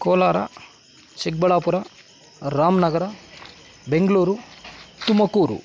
Kolar Chikkaballapur Ramanagara Bengaluru Tumakuru